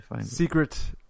secret